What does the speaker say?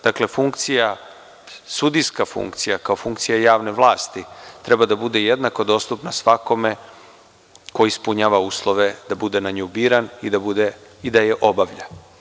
Dakle, sudijska funkcija kao funkcija javne vlasti treba da bude jednako dostupna svakome ko ispunjava uslove da bude na nju biran i da je obavlja.